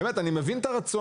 באמת אני מבין את הרצון.